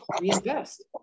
reinvest